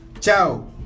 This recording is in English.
ciao